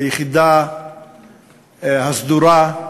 היחידה הסדורה,